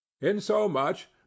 insomuch